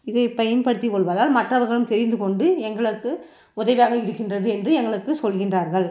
இதை பயன்படுத்திக் கொள்வதால் மற்றவர்களும் தெரிந்து கொண்டு எங்களுக்கு உதவியாக இருக்கின்றது என்று எங்களுக்கு சொல்கின்றார்கள்